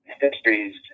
histories